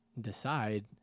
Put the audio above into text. decide